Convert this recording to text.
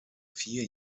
vier